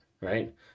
right